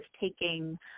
taking